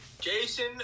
Jason